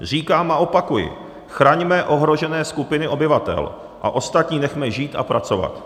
Říkám a opakuji chraňme ohrožené skupiny obyvatel a ostatní nechme žít a pracovat.